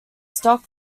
stock